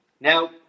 Now